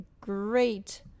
great